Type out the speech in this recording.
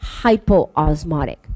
hypoosmotic